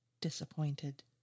disappointed